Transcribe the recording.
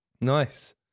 Nice